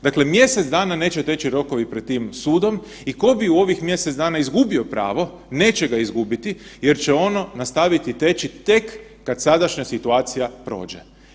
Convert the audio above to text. Dakle, mjesec dana neće teći rokova pred tim sudom i tko bi u ovih mjesec dana izgubio pravo, neće ga izgubiti jer će ono nastaviti teći tek kad sadašnja situacija prođe.